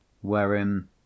Wherein